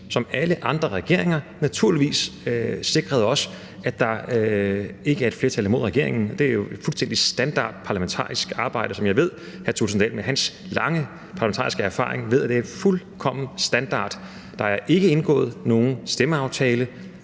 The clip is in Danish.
som alle andre regeringer sikret os, at der er ikke er et flertal imod regeringen. Det er jo fuldstændig standard parlamentarisk arbejde, hvad jeg ved hr. Kristian Thulesen Dahl med hans lange parlamentariske erfaring ved – det er fuldkommen standard. Der er ikke indgået nogen stemmeaftale